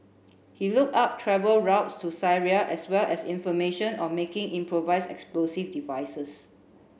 he look up travel routes to Syria as well as information on making improvise explosive devices